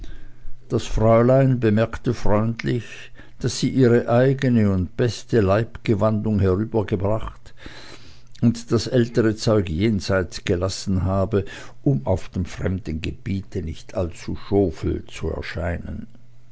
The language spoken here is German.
das fräulein bemerkte freundlich daß sie ihre eigene und beste leibgewandung herübergebracht und das ältere zeug jenseits gelassen habe um auf dem fremden gebiete nicht allzu schofel zu erscheinen